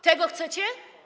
Tego chcecie?